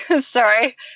Sorry